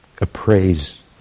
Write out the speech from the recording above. appraise